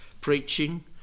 preaching